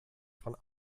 von